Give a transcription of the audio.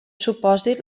supòsit